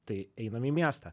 tai einame į miestą